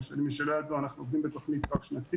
למי שלא ידוע אנחנו עובדים בתוכנית רב-שנתית,